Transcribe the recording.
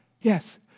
Yes